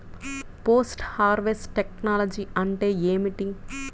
Post harvest technology అంటే ఏమిటి?